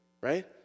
right